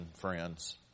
friends